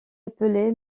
appelé